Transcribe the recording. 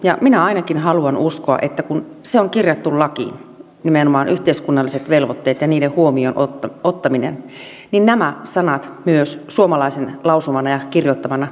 ja minä ainakin haluan uskoa että kun se on kirjattu lakiin nimenomaan yhteiskunnalliset velvoitteet ja niiden huomioon ottaminen niin nämä sanat myös suomalaisen lausumana ja kirjoittamana tarkoittavat sitä